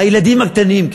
הילדים הקטנים,